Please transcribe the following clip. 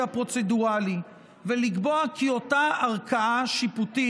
הפרוצדורלי ולקבוע כי אותה ערכה שיפוטית,